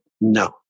no